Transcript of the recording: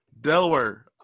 Delaware